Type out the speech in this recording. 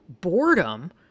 boredom